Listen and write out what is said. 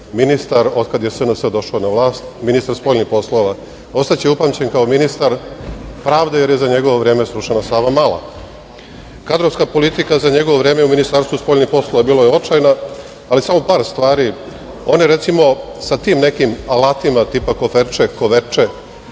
od kada je SNS došao na vlast, ministar spoljnih poslova. Ostaće upamćen kao ministar pravde jer je za njegovo vreme srušena Savamala. Kadrovska politika je za njegovo vreme u Ministarstvu spoljnih poslova bila očajna, ali samo par stvari, on je recimo sa tim nekim alatima, tipa koferče, kovertče,